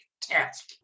task